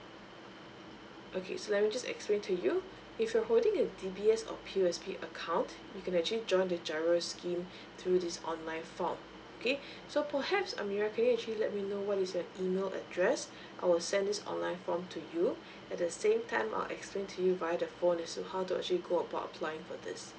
okay so let me just explain to you if you're holding a D_B_S or P_O_S_B account you can actually join the giro scheme through this online form okay so perhaps amirah can you actually let me know what is your email address I will send this online form to you at the same time I'll explain to you via the phone as to how to actually go about applying for this